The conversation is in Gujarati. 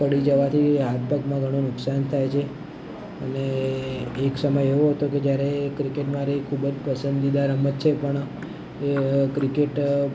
પડી જવાથી હાથપગમાં ઘણું નુકસાન થાય છે અને એક સમય એવો હતો કે જ્યારે ક્રિકેટ મારી ખૂબ જ પસંદીદા રમત છે પણ એ ક્રિકેટ